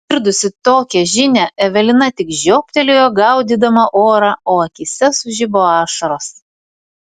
išgirdusi tokią žinią evelina tik žioptelėjo gaudydama orą o akyse sužibo ašaros